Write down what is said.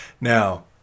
Now